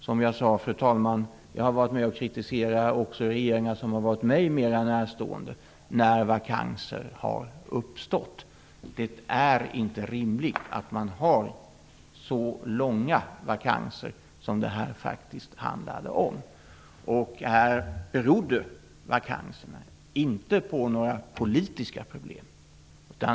Som jag sade, fru talman, har jag även varit med och kritiserat regeringar som har varit mig mera närstående när vakanser har uppstått. Det är inte rimligt att man har så långa vakanser som detta faktiskt handlade om. Här berodde vakanserna inte på några politiska problem.